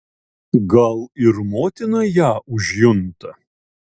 gal ir motina ją užjunta